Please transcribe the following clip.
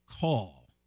call